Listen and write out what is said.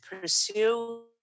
pursue